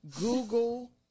Google